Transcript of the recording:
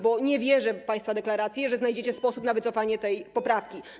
Bo nie wierzę w państwa deklaracje, że znajdziecie sposób na wycofanie tej poprawki.